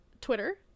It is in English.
Twitter